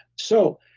so,